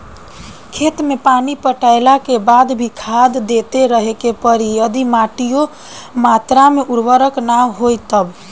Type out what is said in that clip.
खेत मे पानी पटैला के बाद भी खाद देते रहे के पड़ी यदि माटी ओ मात्रा मे उर्वरक ना होई तब?